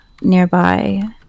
nearby